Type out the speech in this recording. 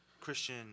Christian